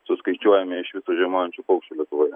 suskaičiuojami iš visų žiemojančių paukščių lietuvoje